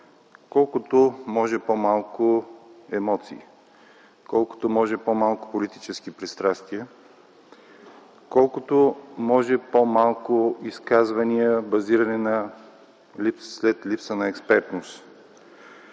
колкото може по-малко емоции; колкото може по-малко политически пристрастия; колкото може по-малко изказвания, базирани на липса на експертност.